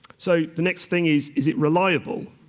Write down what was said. so the next thing is, is it reliable?